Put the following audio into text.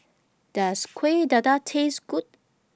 Does Kueh Dadar Taste Good